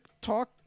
talk